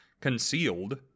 concealed